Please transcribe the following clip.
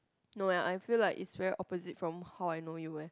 no eh I feel like it's very opposite from how I know you eh